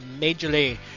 majorly